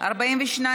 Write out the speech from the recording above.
הוועדה, נתקבלו.